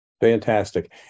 Fantastic